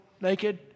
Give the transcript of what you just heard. naked